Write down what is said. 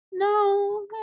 No